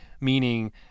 meaning